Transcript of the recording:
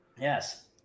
Yes